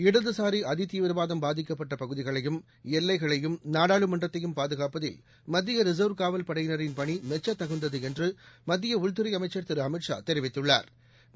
இடதுசாரி அதிதீவிரவாதம் பாதிக்கப்பட்ட பகுதிகளையும் எல்லைகளையும் நாடாளுமன்றத்தையும் பாதுகாப்பதில் மத்திய ரிசர்வ் காவல் படையினரின் பணி மெச்ச தகுந்தது என்று மத்திய உள்துறை அமைச்சா் திரு அமித் ஷா தெரிவித்துள்ளாா்